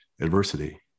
Adversity